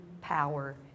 power